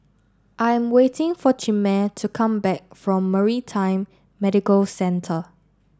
I'm waiting for Chimere to come back from Maritime Medical Centre